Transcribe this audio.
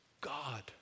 God